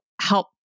help